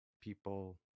people